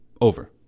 Over